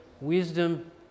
wisdom